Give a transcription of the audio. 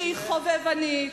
שהיא חובבנית,